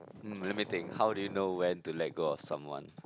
let me think how do you know when to let go of someone